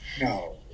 No